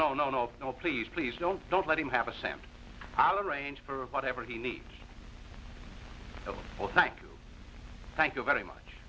no no no no please please don't don't let him have a cent i'll arrange for whatever he needs or thank you thank you very much